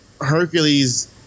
hercules